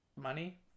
money